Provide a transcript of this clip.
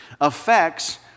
affects